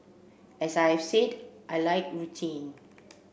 as I have said I like routine